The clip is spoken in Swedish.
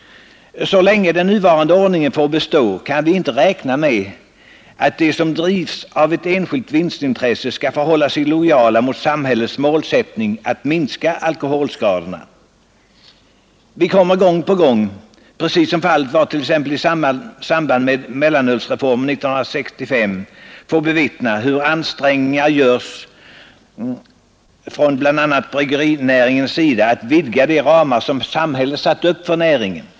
Så länge den nuvarande ordningen får bestå kan vi inte räkna med att de som drivs av ett enskilt vinstintresse skall förhålla sig lojala mot samhällets målsättning att minska alkoholskadorna. Vi kommer gång på gång, precis som fallet var t.ex. i samband med mellanölsreformen 1965, att få bevittna hur ansträngningar görs från bl.a. bryggerinäringens sida att vidga de ramar som samhället satt upp för näringen.